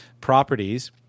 properties